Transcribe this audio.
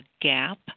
gap